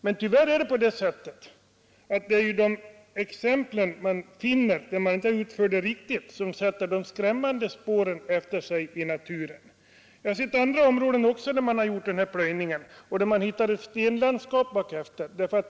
Men när så icke har skett efterlämnar det skrämmande spår i naturen. Jag har sett områden där denna plöjning utförts och där man åstadkommit ett stenlandskap efteråt.